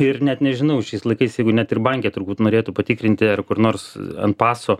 ir net nežinau šiais laikais jeigu net ir banke turbūt norėtų patikrinti ar kur nors ant paso